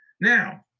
Now